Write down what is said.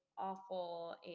awful